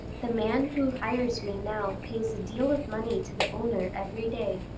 the man who hires me now pays a deal of money to the owner every day,